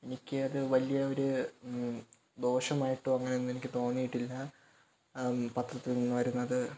എനിക്ക് ഒരു വലിയ ഒരു ദോഷമായിട്ടോ അങ്ങനെ ഒന്നും എനിക്ക് തോന്നിയിട്ടില്ല പത്രത്തില് നിന്ന് വരുന്നത്